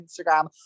instagram